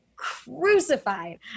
crucified